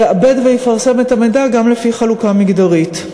יעבד ויפרסם את המידע גם לפי חלוקה מגדרית.